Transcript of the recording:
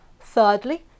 Thirdly